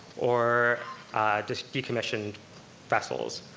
or just decommissioned vessels,